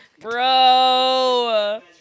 Bro